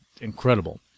incredible